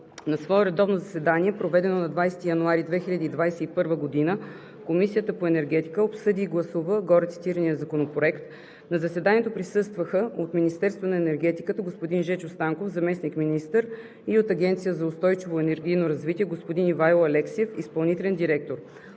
На свое редовно заседание, проведено на 20 януари 2021 г., Комисията по енергетика обсъди и гласува горецитирания законопроект. На заседанието присъстваха: от Министерството на енергетиката господин Жечо Станков – заместник-министър, и от Агенция за устойчиво и енергийно развитие господин Ивайло Алексиев – изпълнителен директор.